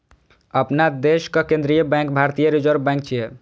अपना देशक केंद्रीय बैंक भारतीय रिजर्व बैंक छियै